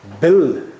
bill